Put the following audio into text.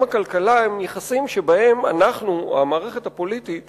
הכלכלה הם יחסים שבהם במערכת הפוליטית